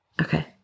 Okay